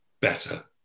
better